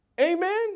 Amen